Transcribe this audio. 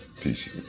Peace